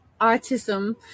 autism